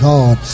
God